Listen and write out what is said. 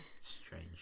Strange